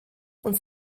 und